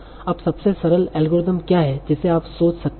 अब सबसे सरल एल्गोरिथ्म क्या है जिसे आप सोच सकते हैं